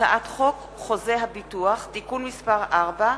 הצעת חוק חוזה הביטוח (תיקון מס' 4),